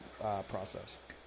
process